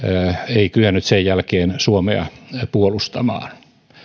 eikä kyennyt sen jälkeen puolustamaan